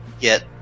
get